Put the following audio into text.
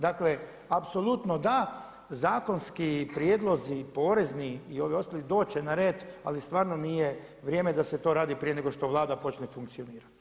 Dakle apsolutno da, zakonski prijedlozi porezni i ovi ostali doći će na red ali stvarno nije vrijeme da se to radi prije nego što Vlada počne funkcionirati.